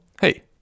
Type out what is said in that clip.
Hey